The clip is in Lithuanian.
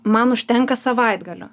man užtenka savaitgalio